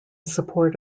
support